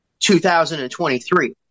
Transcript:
2023